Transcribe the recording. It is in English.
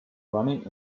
running